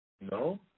No